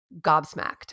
gobsmacked